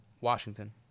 Washington